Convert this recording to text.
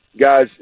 guys